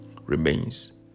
remains